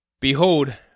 Behold